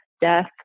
death